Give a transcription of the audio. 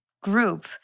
group